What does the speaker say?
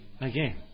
again